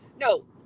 no